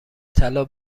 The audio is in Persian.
طلا